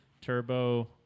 turbo